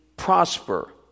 Prosper